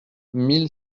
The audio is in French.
mille